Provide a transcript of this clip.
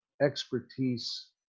expertise